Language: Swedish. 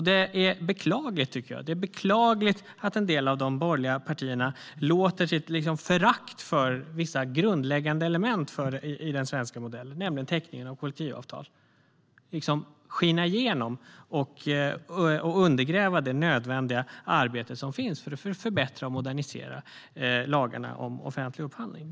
Det är beklagligt, tycker jag, att en del av de borgerliga partierna låter sitt förakt för ett grundläggande element i den svenska modellen, nämligen teckningen av kollektivavtal, skina igenom och undergräva det nödvändiga arbete som görs för att förbättra och modernisera lagarna om offentlig upphandling.